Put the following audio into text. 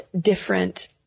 different